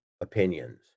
opinions